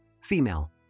female